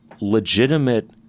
legitimate